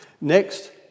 Next